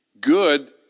Good